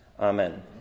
amen